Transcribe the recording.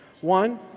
One